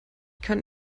kann